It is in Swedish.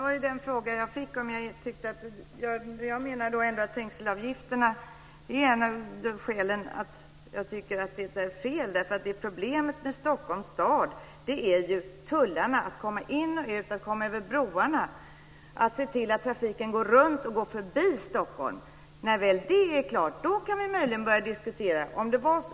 Fru talman! Det var svaret på den fråga som jag fick. Jag tycker att det är fel med trängselavgifter. Problemet för Stockholms stad är svårigheterna att komma in och ut vid tullarna och att ta sig över broarna och för trafiken att ta sig runt och förbi Stockholm. När det är avklarat kan man möjligen diskutera vidare.